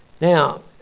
Now